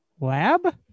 lab